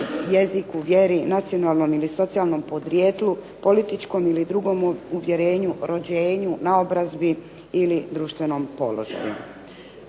jeziku, vjeri, nacionalnom ili socijalnom podrijetlu, političkom ili drugom uvjerenju, rođenju, naobrazbi ili društvenom položaju.